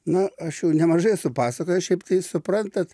na aš jau nemažai esu pasakojęs šiaip tai suprantat